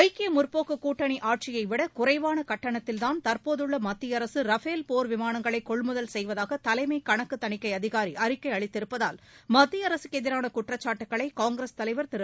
ஐக்கிய முற்போக்கு கூட்டணி ஆட்சியைவிட குறைவான கட்டணத்தில்தான் தற்போதுள்ள மத்திய அரசு ரஃபேல் போர் விமானங்களை கொள்முதல் செய்வதாக தலைமை கணக்கு தணிக்கை அதிகாரி அறிக்கை அளித்திருப்பதால் மத்திய அரசுக்கு எதிரான குற்றச்சாட்டுகளை காங்கிரஸ் தலைவர் திரு